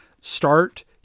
start